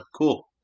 cool